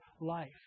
life